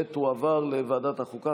ותועבר לוועדת החוקה,